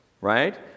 right